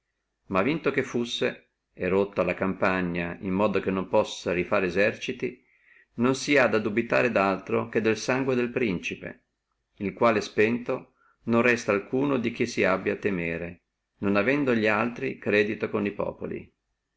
disordini daltri ma vinto che fussi e rotto alla campagna in modo che non possa rifare eserciti non si ha a dubitare daltro che del sangue del principe il quale spento non resta alcuno di chi si abbia a temere non avendo li altri credito con li populi